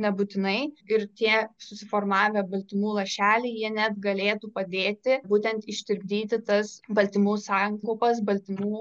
nebūtinai ir tie susiformavę baltymų lašeliai jie net galėtų padėti būtent ištirpdyti tas baltymų sankaupas baltymų